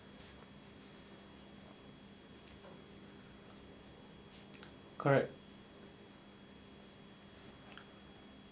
correct